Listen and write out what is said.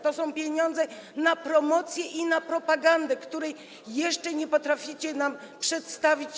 To są pieniądze na promocję i na propagandę, której planu jeszcze nie potraficie nam przedstawić.